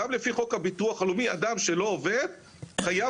גם לפי חוק הביטוח הלאומי אדם שלא עובד חייב